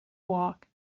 walk